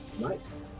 Nice